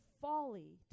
folly